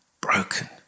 Broken